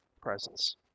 Presence